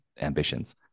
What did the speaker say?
ambitions